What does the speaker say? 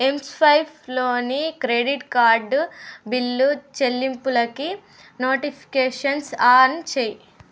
ఎంస్వైప్లోని credit card bill చెల్లింపులకి notifications on చెయ్యి